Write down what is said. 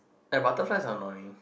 ya butterflies are annoying